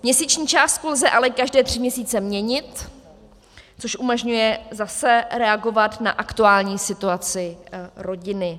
Měsíční částku lze ale každé tři měsíce měnit, což umožňuje zase reagovat na aktuální situaci rodiny.